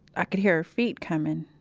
i could hear her feet coming,